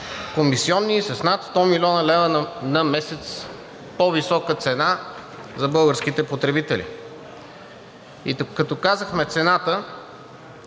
комисиони и с над 100 млн. лв. на месец по-висока цена за българските потребители. И като казахме цената,